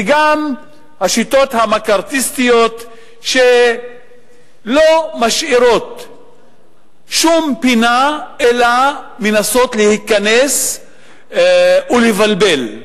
וגם השיטות המקארתיסטיות שלא משאירות שום פינה אלא מנסות להיכנס ולבלבל,